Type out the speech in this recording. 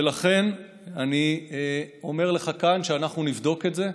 ולכן אני אומר לך כאן שאנחנו נבדוק את זה,